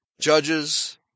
Judges